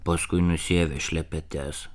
paskui nusiavė šlepetes